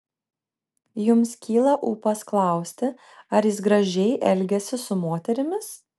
jums kyla ūpas klausti ar jis gražiai elgiasi su moterimis